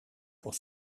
pour